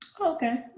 Okay